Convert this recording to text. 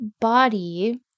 body